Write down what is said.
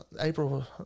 April